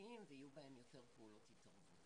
איכותיים ויהיו בהם יותר פעולות התערבות.